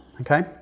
okay